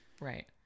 Right